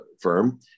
firm